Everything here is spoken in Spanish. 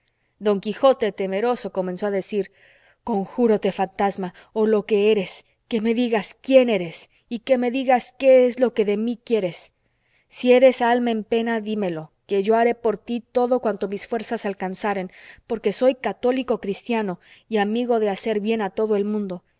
don quijote temeroso comenzó a decir conjúrote fantasma o lo que eres que me digas quién eres y que me digas qué es lo que de mí quieres si eres alma en pena dímelo que yo haré por ti todo cuanto mis fuerzas alcanzaren porque soy católico cristiano y amigo de hacer bien a todo el mundo